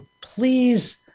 please